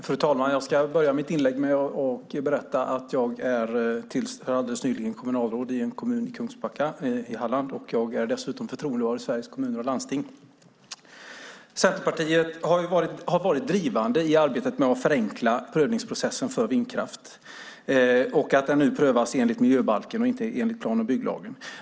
Fru talman! Tills alldeles nyligen var jag kommunalråd i Kungsbacka kommun i Halland. Förutom att jag är riksdagsledamot är jag förtroendevald i Sveriges Kommuner och Landsting. Centerpartiet har varit drivande i arbetet med att förenkla prövningsprocessen för vindkraft och för att det prövas enligt miljöbalken, inte enligt plan och bygglagen.